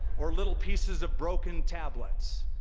or little pieces of broken tablets.